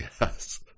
Yes